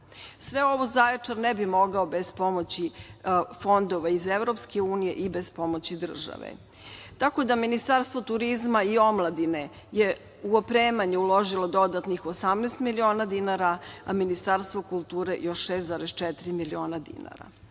Sve ovo Zaječar ne bi mogao bez pomoći fondova iz EU i bez pomoći države. Tako da Ministarstvo turizma i omladine je u opremanju uložilo dodatnih 18 miliona dinara, a Ministarstvo kulture još 6,4 miliona dinara.